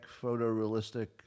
photorealistic